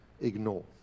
ignore